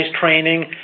training